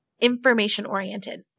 information-oriented